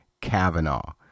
Kavanaugh